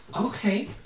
Okay